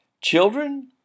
Children